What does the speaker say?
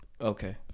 Okay